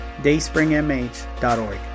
dayspringmh.org